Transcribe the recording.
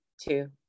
two